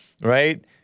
right